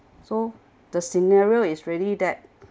so the scenario is really that